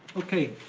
okay,